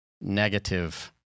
negative